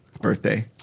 birthday